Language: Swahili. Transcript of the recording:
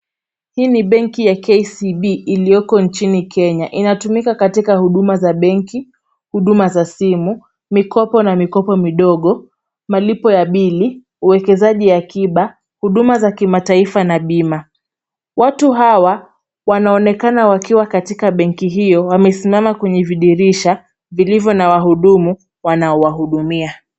Hii ni banki ya KCB iliyoko nchini Kenya. Inatumika katika huduma za banki, huduma za simu, mikopo na mikopo midogo, malipo ya bili, uwekezagi ya kiba, huduma za kimataifa na bima. Watu hawa wanaonekana wakiwa katika banki hiyo, wamesimama kwenye vidirisha, vilivyo na wahudumu, wanawahudumia.